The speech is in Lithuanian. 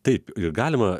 taip galima